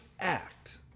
act